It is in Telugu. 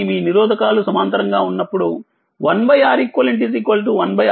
ఇది మీ నిరోధకాలు సమాంతరంగా ఉన్నప్పుడు 1Req 1R11R2